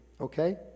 Okay